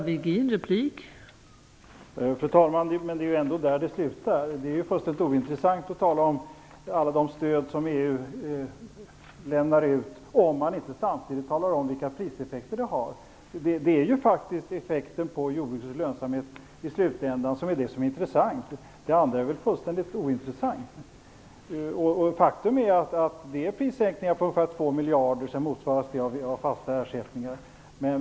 Fru talman! Men det är ju ändå dit som det syftar. Det är fullständigt ointressant att tala om alla de stöd som EU betalar ut om man inte samtidigt anger vilka priseffekter de har. Det som är intressant i slutändan är ju faktiskt effekten på jordbrukets lönsamhet. Det andra är väl fullständigt ointressant. Det handlar om prissänkningar med ca 2 miljarder som sedan motsvaras av fasta ersättningar.